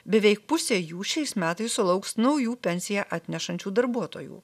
beveik pusė jų šiais metais sulauks naujų pensiją atnešančių darbuotojų